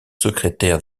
secrétaire